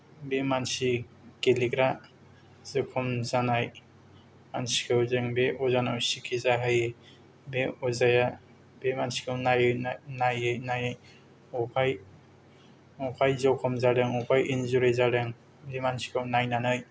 बे मानसि गेलेग्रा जखम जानाय मानसिखौ जों बे अजानाव सिकित्सा होयो बे अजाया बे मानसिखौ नायै नायै बबेहाय बबेहाय इन्जुरि जादों बे मानसिखौ नायनानै